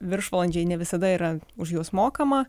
viršvalandžiai ne visada yra už juos mokama